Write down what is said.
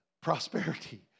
prosperity